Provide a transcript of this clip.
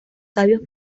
sabios